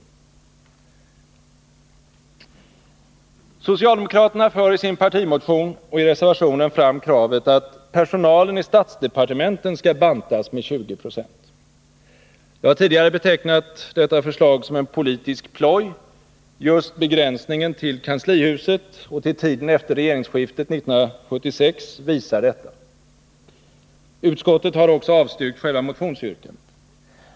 Socialdemokraterna för i sin partimotion och i reservationen fram kravet att personalen i statsdepartementen skall bantas med 20 96. Jag har tidigare betecknat detta förslag som en politisk ploj — just begränsningen till kanslihuset och till tiden efter regeringsskiftet 1976 visar detta. Utskottet har också avstyrkt själva motionsyrkandet.